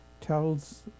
tells